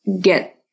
get